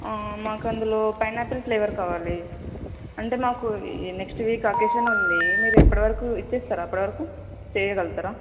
మాకు అందులో pineapple flavour కావాలి అంటే మాకు ఈ నెక్స్ట్ వీక్ అకేషన్ ఉంది మీరు ఎప్పటివరకు ఇచ్చేస్తారా అప్పటి వరకు చేయగలుగుతారా